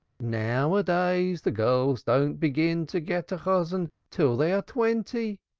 now-a-days the girls don't begin to get a chosan till they're twenty.